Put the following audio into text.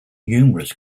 numerous